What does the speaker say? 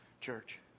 church